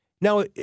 Now